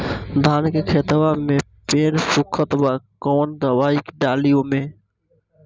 धान के खेतवा मे पेड़ सुखत बा कवन दवाई डाली ओमे?